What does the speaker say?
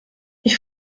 ich